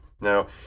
Now